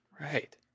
Right